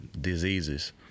diseases